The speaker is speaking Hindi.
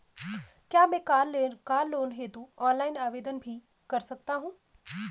क्या मैं कार लोन हेतु ऑनलाइन आवेदन भी कर सकता हूँ?